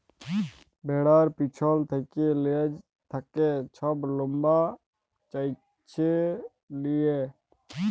ভেড়ার পিছল থ্যাকে লেজ থ্যাকে ছব লম চাঁছে লিয়া